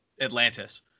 Atlantis